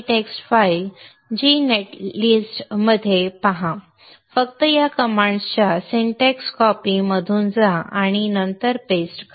txt file g netlist मध्ये पहा फक्त या कमांडच्या सिंटॅक्स कॉपी मधून जा आणि नंतर पेस्ट करा